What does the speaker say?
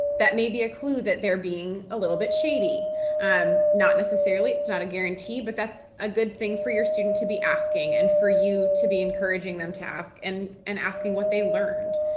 that may be a clue that they're being a little bit shady um not necessarily. it's not a guarantee, but that's a good thing for your student to be asking and for you to be encouraging them to ask and and asking what they learned.